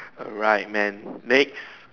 alright man next